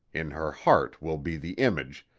in her heart will be the image,